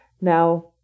Now